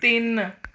ਤਿੰਨ